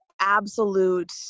absolute